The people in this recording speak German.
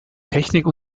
technik